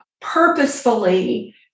purposefully